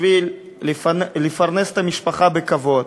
בשביל לפרנס את המשפחה בכבוד.